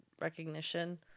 recognition